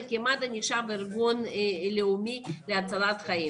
כי מד"א נחשב ארגון לאומי להצלת חיים.